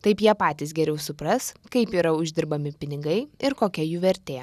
taip jie patys geriau supras kaip yra uždirbami pinigai ir kokia jų vertė